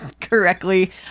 correctly